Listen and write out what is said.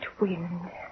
wind